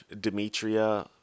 demetria